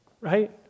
right